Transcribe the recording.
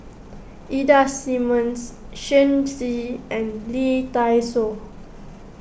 Ida Simmons Shen Xi and Lee Dai Soh